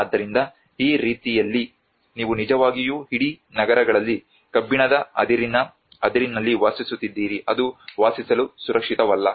ಆದ್ದರಿಂದ ಆ ರೀತಿಯಲ್ಲಿ ನೀವು ನಿಜವಾಗಿಯೂ ಇಡೀ ನಗರಗಳಲ್ಲಿ ಕಬ್ಬಿಣದ ಅದಿರಿನಲ್ಲಿ ವಾಸಿಸುತ್ತಿದ್ದೀರಿ ಅದು ವಾಸಿಸಲು ಸುರಕ್ಷಿತವಲ್ಲ